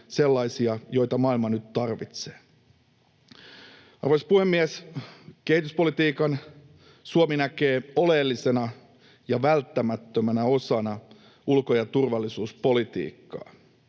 sellaisia, joita maailma nyt tarvitsee. Arvoisa puhemies! Suomi näkee kehityspolitiikan oleellisena ja välttämättömänä osana ulko- ja turvallisuuspolitiikkaa.